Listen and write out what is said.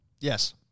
Yes